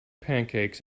pancakes